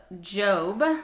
Job